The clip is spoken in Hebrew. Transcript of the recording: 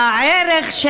הערך,